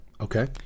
Okay